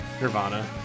Nirvana